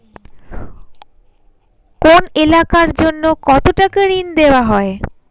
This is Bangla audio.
কোন এলাকার জন্য কত টাকা ঋণ দেয়া হয়?